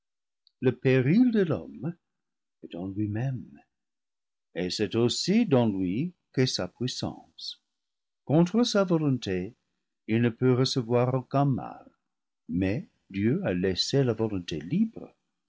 le péril de l'homme est en lui-même et c'est aussi dans lui qu'est sa puis sance contre sa volonté il ne peut recevoir aucun mal mais dieu a laissé la volonté libre